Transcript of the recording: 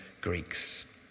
Greeks